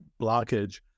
blockage